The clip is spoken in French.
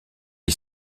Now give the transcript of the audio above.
est